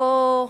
אותו,